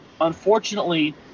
unfortunately